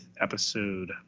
episode